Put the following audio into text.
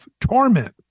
torment